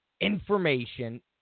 information